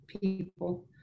people